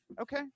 Okay